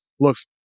looks